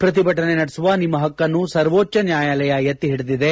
ಪ್ರತಿಭಟನೆ ನಡೆಸುವ ನಿಮ್ಮ ಹಕ್ಕನ್ನು ಸರ್ವೋಚ್ವ ನ್ವಾಯಾಲಯ ಎತ್ತಿ ಹಿಡಿದಿದೆ